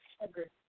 Agreed